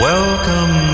Welcome